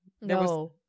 no